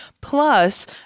plus